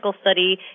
study